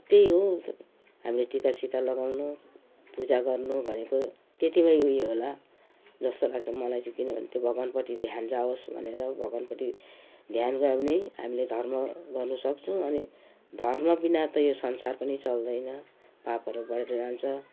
त्यही हो हामीले टिकासिका लगाउनु पूजा गर्नु भनेको त्यतिमै उयो होला जस्तो लाग्छ मलाई चाहिँ किनभने त्यो भगवानपट्टि ध्यान जाओस् भनेर त्यो भगवानपट्टि ध्यान गयो भने हामीले धर्म गर्नसक्छौँ अनि धर्मबिना त यो संसार पनि चल्दैन पापहरू बढेर जान्छ